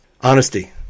honesty